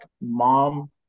mom